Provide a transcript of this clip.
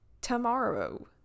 tomorrow